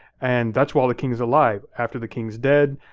and that's why all the kings alive, after the king's dead,